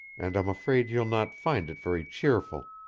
and i'm afraid you'll not find it very cheerful.